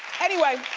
anyway,